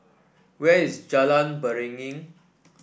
where is Jalan Beringin